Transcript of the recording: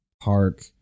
Park